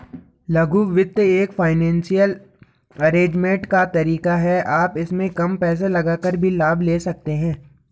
लघु वित्त एक फाइनेंसियल अरेजमेंट का तरीका है आप इसमें कम पैसे लगाकर भी लाभ ले सकते हैं